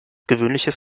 gewöhnliches